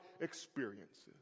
experiences